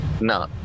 No